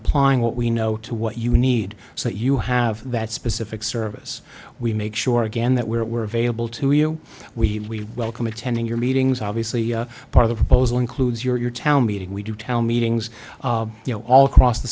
applying what we know to what you need so that you have that specific service we make sure again that we were available to you we welcome attending your meetings obviously part of the proposal includes your town meeting we do town meetings you know all across the